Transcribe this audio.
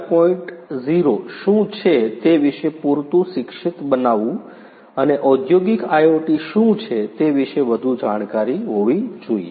0 શું છે તે વિશે પૂરતું શિક્ષિત બનાવવું અને ઔદ્યોગિક IoT શું છે તે વિશે વધુ જાણકારી હોવી જોઈએ